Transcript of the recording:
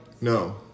No